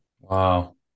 Wow